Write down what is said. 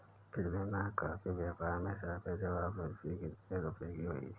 पिछले माह कॉफी व्यापार में सापेक्ष वापसी कितने रुपए की हुई?